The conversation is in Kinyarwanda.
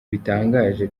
bitangaje